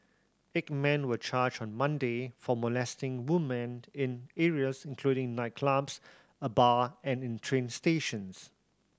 eight men were charged on Monday for molesting women in areas including nightclubs a bar and in train stations